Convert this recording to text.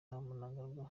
mnangagwa